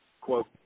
quote